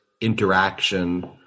interaction